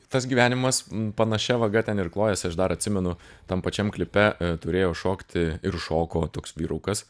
tas gyvenimas panašia vaga ten ir klojasi aš dar atsimenu tam pačiam klipe turėjo šokti ir šoko toks vyrukas